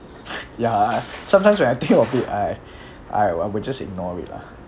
ya sometimes when I think of it I I would I would just ignore it lah